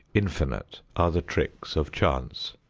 infinite are the tricks of chance.